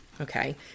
Okay